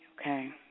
Okay